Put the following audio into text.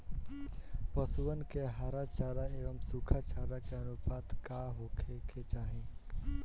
पशुअन के हरा चरा एंव सुखा चारा के अनुपात का होखे के चाही?